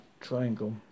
Triangle